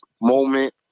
moment